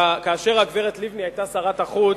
כאשר הגברת לבני היתה שרת החוץ,